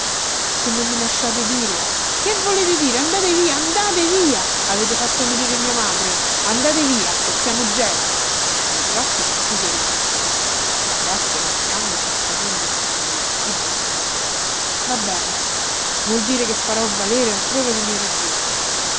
se non mi lasciate dire che volete dire andate via andate via avete fatto morire mia madre andate via o chiamo gente il rocchi socchiuse gli occhi trasse gonfiandosi un profondo sospiro e disse va bene vuol dire che farò valere altrove le mie ragioni